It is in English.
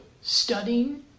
studying